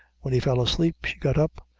when he fell asleep, she got up,